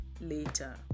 later